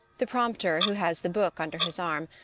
the prompter who has the book under his arm,